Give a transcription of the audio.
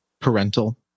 Parental